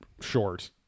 short